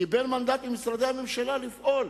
קיבל מנדט ממשרדי הממשלה לפעול,